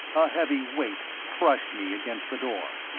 a heavy weight crushed me against the door.